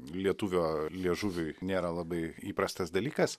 lietuvio liežuviui nėra labai įprastas dalykas